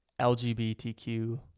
lgbtq